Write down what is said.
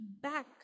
back